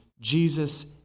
Jesus